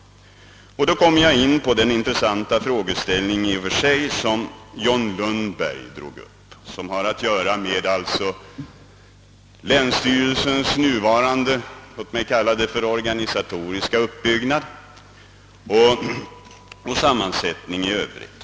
Jag kommer då in på den i och för sig intressanta frågeställning som herr Lundberg tog upp, nämligen frågan om länsstyrelsens nuvarande, låt mig säga, organisatoriska uppbyggnad och sammansättning i övrigt.